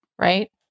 right